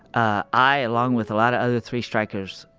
ah i along with a lot of other three-strikers,